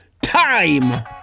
Time